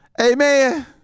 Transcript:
Amen